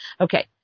Okay